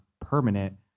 permanent